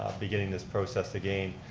beginning this process again.